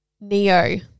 Neo